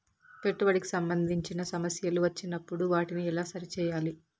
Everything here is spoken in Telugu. పెట్టుబడికి సంబంధించిన సమస్యలు వచ్చినప్పుడు వాటిని ఎలా సరి చేయాలి?